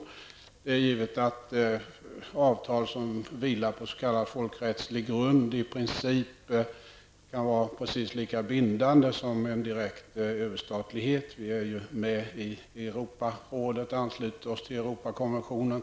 Det är också givet att avtal som vilar på s.k. folkrättslig grund i princip kan vara precis lika bindande som en direkt överstatlighet. Vi är ju t.ex. med i Europarådet och har anslutit oss till Europakonventionen.